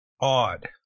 odd